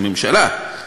הממשלה,